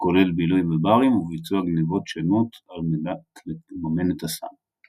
הכולל בילוי בברים וביצוע גנבות שונות על מנת לממן את הסם.